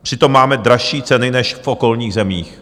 Přitom máme dražší ceny než v okolních zemích.